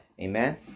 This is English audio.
Amen